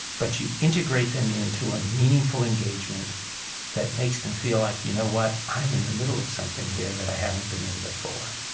but you integrate them into a meaningful engagement that makes them feel like, you know what, i'm in the middle of something here that i haven't been in before.